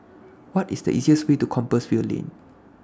What IS The easiest Way to Compassvale Lane